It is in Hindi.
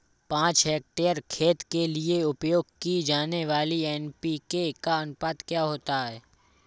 पाँच हेक्टेयर खेत के लिए उपयोग की जाने वाली एन.पी.के का अनुपात क्या होता है?